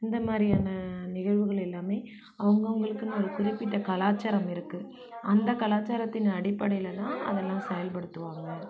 இந்த மாதிரியான நிகழ்வுகள் எல்லாம் அவங்க அவங்களுக்குனு ஒரு குறிப்பிட்ட கலாச்சாரம் இருக்கு அந்த கலாச்சாரத்தின் அடிப்படையில் தான் அதெல்லாம் செயல் படுத்துவாங்க